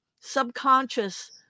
subconscious